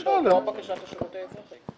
כן, זו בקשת השירות האזרחי.